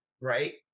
right